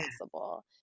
possible